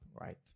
right